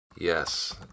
Yes